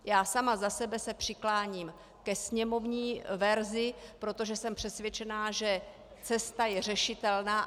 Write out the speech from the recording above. Já sama za sebe se přikláním ke sněmovní verzi, protože jsem přesvědčená, že cesta je řešitelná.